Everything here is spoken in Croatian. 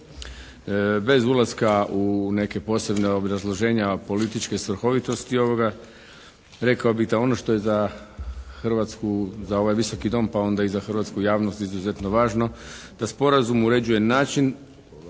Bez ulaska u neke posebna obrazloženja političke svrhovitosti ovoga rekao bih da je ono što je za Hrvatsku, za ovaj Visoki dom pa onda i za hrvatsku javnost izuzetno važno da sporazum uređuje način,